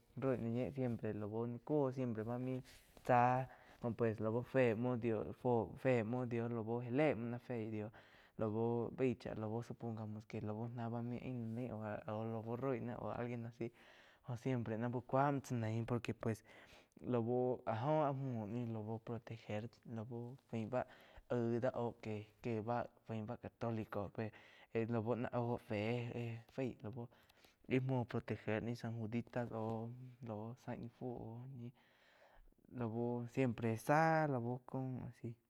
Roi na ñe siempre lau ni cuóu oh siempre ba maí tzá oh pues lau fé muo dio fe muo dio lu já le muo ná féi dio lui baíg chá lau supongamos que lau ná bá main aín ná nain aú la bo roi náh oh alguien a si jó siempre ná uh cúamo tsá naíh por que pues lau áh jo ah muo ni lau proteger lau faín báh aíg dá óh que bá fai bá católico pe lau náh oh fe éh fai lau íh múo ni proteger san Juditas au-au zá ni fu lau siempre zá lau cau asi.